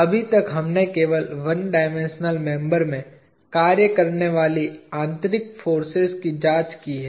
अभी तक हमने केवल 1 डायमेंशनल मेंबर में कार्य करने वाली आंतरिक फोर्सेज की जांच की है